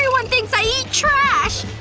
thinks i eat trash!